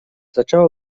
zaczęła